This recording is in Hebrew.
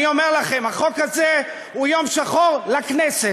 אני אומר לכם: החוק הזה הוא יום שחור לכנסת.